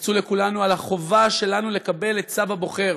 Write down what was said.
הרצו לכולנו על החובה שלנו לקבל את צו הבוחר.